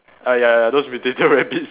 ah ya those mutated rabbits